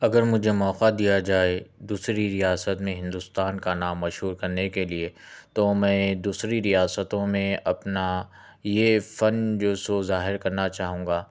اگر مجھے موقع دیا جائے دوسری ریاست میں ہندوستان کا نام مشہور کرنے کے لئے تو میں دوسری ریاستوں میں اپنا یہ فن جو سو ظاہر کرنا چاہوں گا